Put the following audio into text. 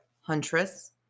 huntress